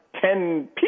ten